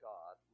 God